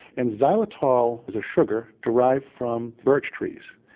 and xylitol is a sugar derived from birch trees,